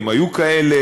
אם היו כאלה.